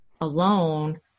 alone